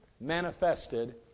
manifested